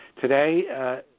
Today